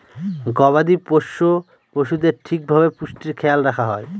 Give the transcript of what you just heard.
গবাদি পোষ্য পশুদের ঠিক ভাবে পুষ্টির খেয়াল রাখা হয়